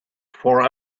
for